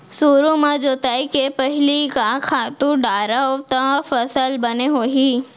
सुरु म जोताई के पहिली का खातू डारव त फसल बने होही?